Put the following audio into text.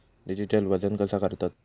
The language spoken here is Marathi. डिजिटल वजन कसा करतत?